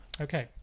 Okay